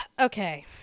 okay